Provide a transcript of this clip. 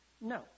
No